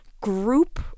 group